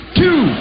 two